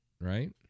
Right